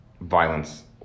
violence